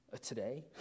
Today